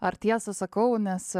ar tiesą sakau nes